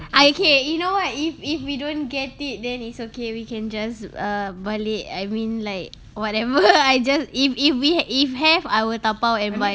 okay you know what if if we don't get it then it's okay we can just err balik I mean like whatever I just if if we i~ if have I will dabao and buy